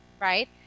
right